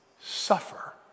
suffer